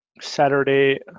Saturday